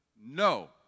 No